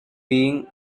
being